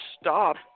stop